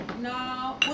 No